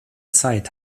zeit